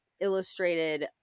illustrated